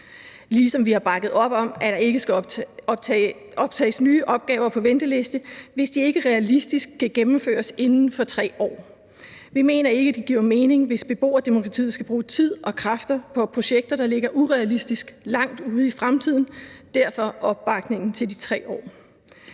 ligesom vi har bakket op om, at der ikke skal optages nye opgaver på venteliste, hvis de ikke realistisk kan gennemføres inden for 3 år. Vi mener ikke, at det giver mening, hvis beboerdemokratiet skal bruge tid og kræfter på projekter, der ligger urealistisk langt ude i fremtiden. Derfor opbakningen til de 3 år.